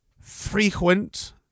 frequent